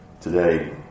Today